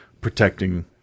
protecting